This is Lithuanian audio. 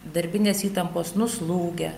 darbinės įtampos nuslūgę